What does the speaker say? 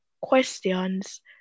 questions